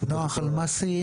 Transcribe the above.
נח אלמסי,